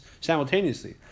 simultaneously